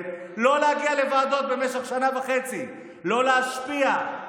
לא להגיע לוועדות במשך שנה וחצי ולא להשפיע?